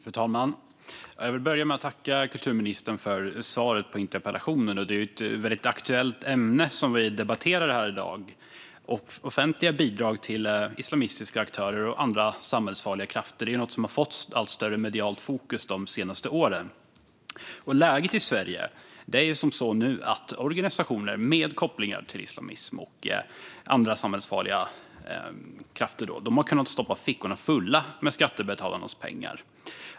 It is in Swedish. Fru talman! Jag vill börja med att tacka kulturministern för svaret på interpellationen. Det är ju ett väldigt aktuellt ämne som vi debatterar här i dag. Offentliga bidrag till islamistiska aktörer och andra samhällsfarliga krafter har fått ett allt större medialt fokus de senaste åren. Läget i Sverige är nu att organisationer med kopplingar till islamism och andra samhällsfarliga krafter har kunnat stoppa fickorna fulla med skattebetalarnas pengar.